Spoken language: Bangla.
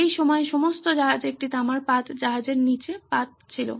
এই সময়ে সমস্ত জাহাজে একটি তামার পাত জাহাজের নীচে পাত ছিল